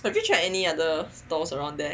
have you tried any other stalls around there